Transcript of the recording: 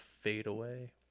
fadeaway